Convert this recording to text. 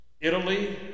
Italy